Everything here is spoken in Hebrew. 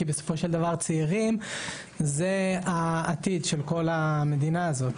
כי בסופו של דבר צעירים זה העתיד של כל המדינה הזאת.